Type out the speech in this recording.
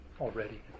already